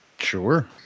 sure